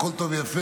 הכול טוב ויפה,